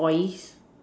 boils